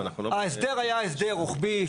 ההסדר היה הסדר רוחבי,